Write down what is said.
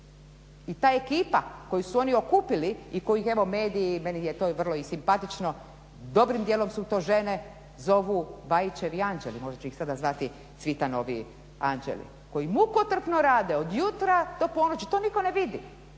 i ta ekipa koju su oni okupili i koju evo mediji, meni je to vrlo i simpatično, dobrim dijelom su to žene, zovu Bajićevi anđeli, možda će ih sada zvati Cvitanovi anđeli, koji mukotrpno rade od jutra do ponoći. To nitko ne vidi,